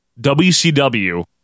WCW